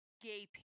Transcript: gay